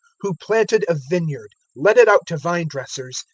who planted a vineyard, let it out to vine-dressers,